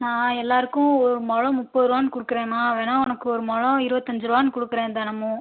நான் எல்லோருக்கும் ஒரு முழம் முப்பதுரூபானு கொடுக்குறேம்மா வேணா உனக்கு ஒரு முழம் இருபத்தஞ்சிரூவானு கொடுக்குறேன் தினமும்